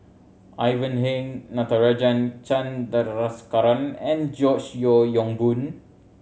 Ivan Heng Natarajan Chandrasekaran and George Yeo Yong Boon